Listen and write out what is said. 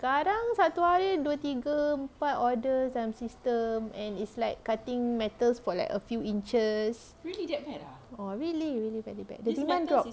sekarang satu hari dua tiga ke empat order macam system and it's like cutting metals for like a few inches orh really really very bad the demand drop